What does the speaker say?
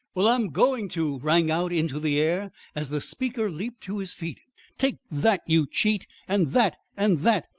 well, i'm going to, rang out into the air as the speaker leaped to his feet. take that, you cheat! and that! and that!